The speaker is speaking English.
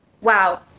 wow